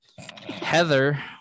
Heather